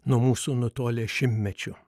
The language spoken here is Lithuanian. nuo mūsų nutolęs šimtmečiu